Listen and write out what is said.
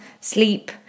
sleep